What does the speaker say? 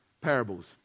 parables